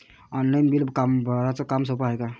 Online bill भराच काम सोपं हाय का?